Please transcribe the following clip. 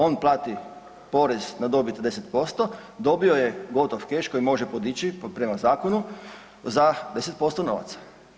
On plati porez na dobit 10%, dobio je gotov keš koji može podići prema zakonu za 10% novaca.